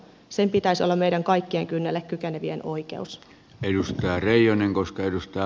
sen pitäisi olla meidän kaikkien kynnelle kykenevien oikeus ei uskota reijonen koska edustaa